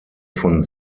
von